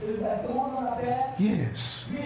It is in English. yes